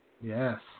Yes